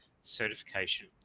certification